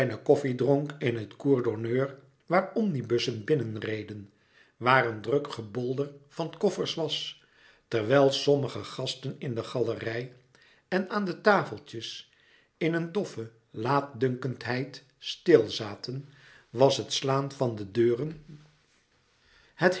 dronk in den courd'honneur waar omnibussen binnenreden waar een druk gebolder van koffers was terwijl sommige gasten in de galerij en aan de tafeltjes in een doffe laatdunkendheid stil zaten was het slaan van de deuren het